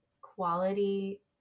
quality